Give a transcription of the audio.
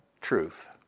truth